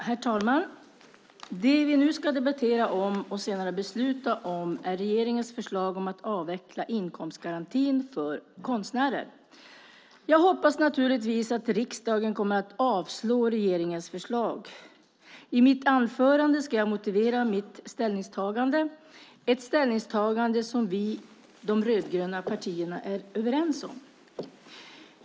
Herr talman! Det vi nu ska debattera och senare besluta om är regeringens förslag om att avveckla inkomstgarantin för konstnärer. Jag hoppas naturligtvis att riksdagen kommer att avslå regeringens förslag. I mitt anförande ska jag motivera mitt ställningstagande - ett ställningstagande som vi i de rödgröna partierna är överens om.